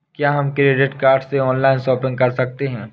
क्या हम credit card से ऑनलाइन शॉपिंग कर सकते हैं?